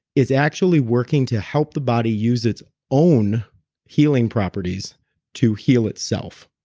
it's actually working to help the body use its own healing properties to heal itself.